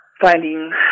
finding